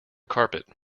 carpet